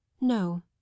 no